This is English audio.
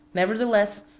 nevertheless,